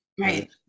right